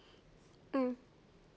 mm